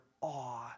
awe